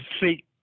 see